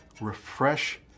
Refresh